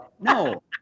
No